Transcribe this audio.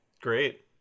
Great